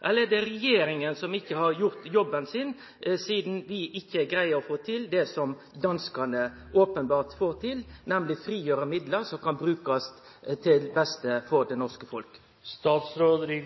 eller er det regjeringa som ikkje har gjort jobben sin, sidan vi ikkje greier å få til det som danskane openbert får til, nemleg å frigjere midlar som kan brukast til beste for det norske folket? Jeg